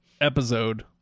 episode